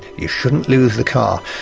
you shouldn't lose the car,